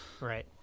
right